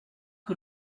que